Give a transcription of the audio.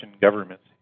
government's